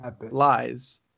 lies